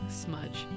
smudge